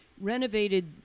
renovated